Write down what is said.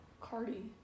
Cardi